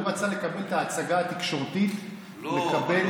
הוא רצה לקבל את ההצגה התקשורתית, לקבל, לא.